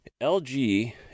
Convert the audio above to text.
LG